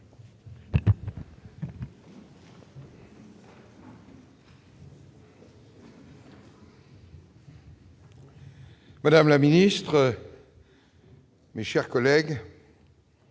Madame la ministre, mes chers collègues,